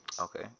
Okay